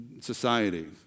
society